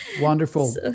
Wonderful